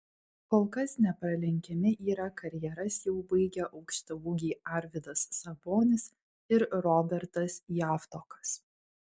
kol kas nepralenkiami yra karjeras jau baigę aukštaūgiai arvydas sabonis ir robertas javtokas